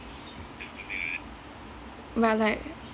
but like